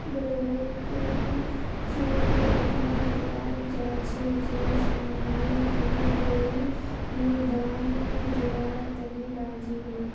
blank cheque उखना दियाल जा छे जब समानेर तने कोई भी दाम दीवार तने राज़ी हो